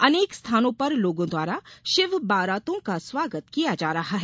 अनेक स्थानों पर लोगों द्वारा शिव बारातो का स्वागत किया जा रहा है